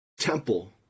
temple